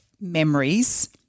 memories –